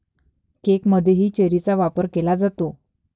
केकमध्येही चेरीचा वापर केला जातो